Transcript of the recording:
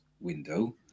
window